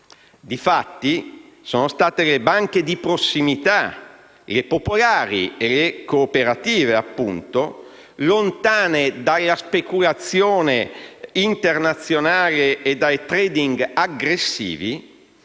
Di fatti, sono state le banche di prossimità (le popolari e le cooperative, appunto), lontane dalla speculazione internazionale e dai *trading* aggressivi,